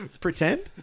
Pretend